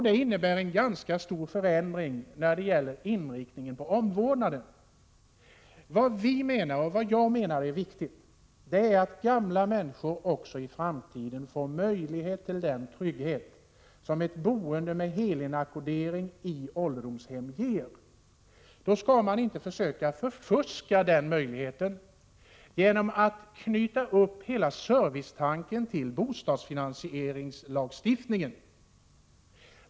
Det innebär en ganska stor förändring av omvårdnadens inriktning. Vad jag menar är viktigt är att gamla människor också i framtiden får möjlighet till den trygghet som ett boende med helinackordering i ålderdomshem ger. Då skall man inte försöka förfuska den möjligheten genom att knyta upp servicetanken som helhet till bostadsfinansieringslagstiftningen.